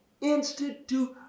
Institute